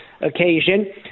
Occasion